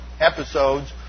episodes